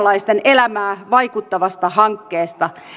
suomalaisten elämään vaikuttavasta hankkeesta